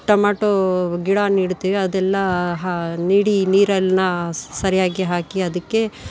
tomato ಗಿಡ ನೆಡ್ತೀವಿ ಅದೆಲ್ಲ ಹಾ ನೀಡಿ ನೀರನ್ನು ಸರಿಯಾಗಿ ಹಾಕಿ ಅದಕ್ಕೆ